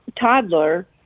toddler